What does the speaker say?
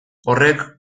horrek